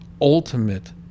ultimate